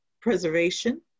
preservation